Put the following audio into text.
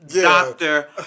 doctor